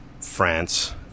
France